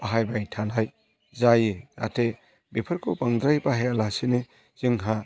बाहायबाय थानाय जायो जाहाथे बेफोरखौ बांद्राय बाहायालासेनो जोंहा